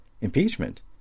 Impeachment